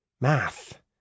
Math